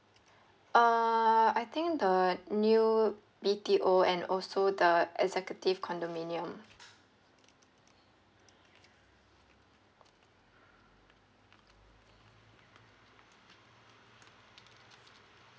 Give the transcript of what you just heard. uh I think the new B_T_O and also the executive condominium